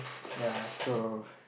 ya so